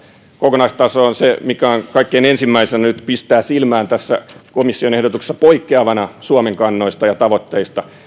kokonaistaso on se mikä kaikkein ensimmäisenä nyt pistää silmään tässä komission ehdotuksessa poikkeavana suomen kannoista ja tavoitteista